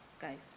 guys